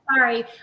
Sorry